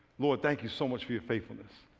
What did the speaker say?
lord thank you so much for your faithfulness.